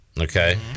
okay